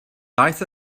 daeth